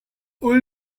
would